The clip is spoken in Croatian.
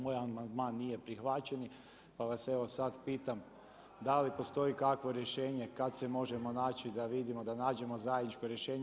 Moj amandman nije prihvaćen, pa vas evo sad pitam da li postoji kakvo rješenje kad se možemo naći, da vidimo, da nađemo zajedničko rješenje.